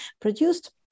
produced